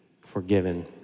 forgiven